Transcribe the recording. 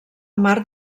mar